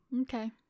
Okay